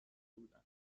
بودند